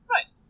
Nice